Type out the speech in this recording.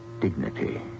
dignity